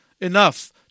enough